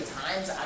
times